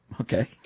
Okay